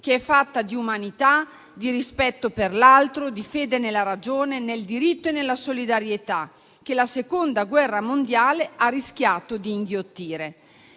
che è fatta di umanità, di rispetto per l'altro, di fede nella ragione, nel diritto e nella solidarietà, che la Seconda guerra mondiale ha rischiato di inghiottire.